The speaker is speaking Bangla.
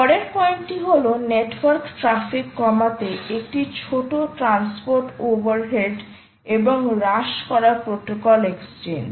পরের পয়েন্ট টি হল নেটওয়ার্ক ট্র্যাফিক কমাতে একটি ছোট ট্রান্সপোর্ট ওভারহেড এবং হ্রাস করা প্রোটোকল এক্সচেঞ্জ